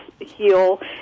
heal